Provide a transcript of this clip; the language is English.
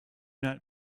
not